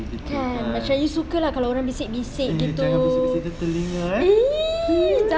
kan macam you suka lah kalau orang bisik-bisik begitu !ee!